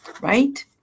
right